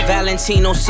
Valentino